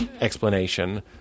explanation